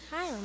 Hi